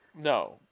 No